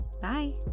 Bye